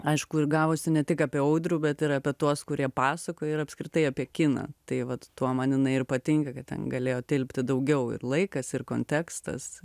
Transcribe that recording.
aišku ir gavosi ne tik apie audrių bet ir apie tuos kurie pasakoja ir apskritai apie kiną tai vat tuo man jinai ir patinka kad ten galėjo tilpti daugiau ir laikas ir kontekstas